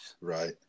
Right